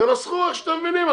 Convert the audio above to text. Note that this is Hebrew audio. תנסחו איך שאתם מבינים.